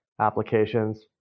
applications